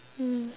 mm